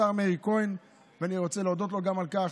השר מאיר כהן, ואני רוצה להודות לו גם על כך.